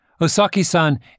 Osaki-san